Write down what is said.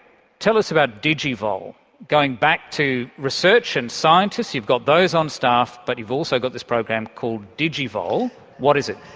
tell us about digivol going back to research and scientists, you've got those on staff, but you've also got this program called digivol, what is it?